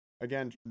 again